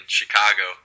Chicago